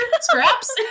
Scraps